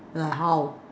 like how